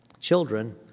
children